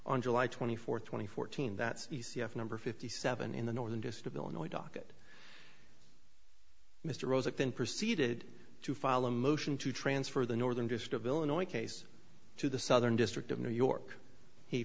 on july twenty fourth twenty fourteen that e c f number fifty seven in the northern just of illinois docket mr rose it then proceeded to file a motion to transfer the northern gist of illinois case to the southern district of new york he